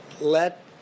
let